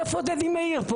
איפה דדי מאיר?